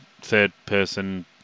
third-person